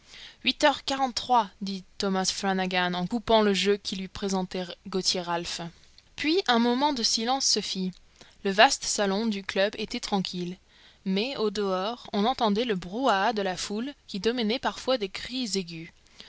huit heures quarante-trois dit thomas flanagan en coupant le jeu que lui présentait gauthier ralph puis un moment de silence se fit le vaste salon du club était tranquille mais au-dehors on entendait le brouhaha de la foule que dominaient parfois des cris aigus